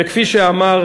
וכפי שאמר,